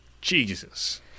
Jesus